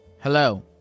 Hello